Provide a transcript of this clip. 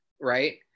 Right